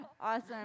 Awesome